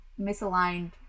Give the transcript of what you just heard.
misaligned